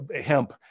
hemp